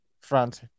France